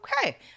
okay